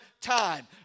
time